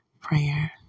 prayer